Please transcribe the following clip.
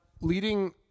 leading